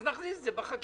אז נכניס את זה בחקיקה,